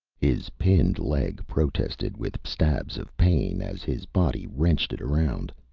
his pinned leg protested with stabs of pain as his body wrenched it around.